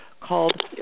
called